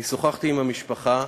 אני שוחחתי עם המשפחה,